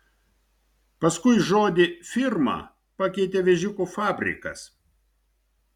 paskui žodį firma pakeitė vėžiukų fabrikas